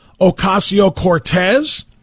Ocasio-Cortez